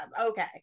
Okay